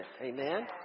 Amen